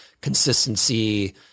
consistency